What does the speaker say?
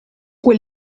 quel